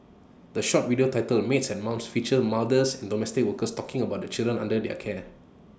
the short video titled maids and mums features mothers and domestic workers talking about the children under their care